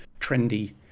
trendy